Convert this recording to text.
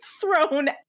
thrown